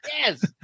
Yes